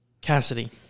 Cassidy